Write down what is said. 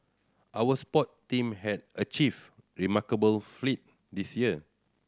our sport team have achieved remarkable this year